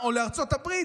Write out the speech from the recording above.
או לארצות הברית,